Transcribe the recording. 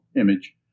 image